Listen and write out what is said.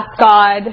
God